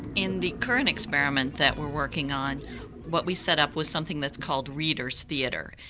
in the current experiment that we're working on what we set up was something that's called readers' theatre.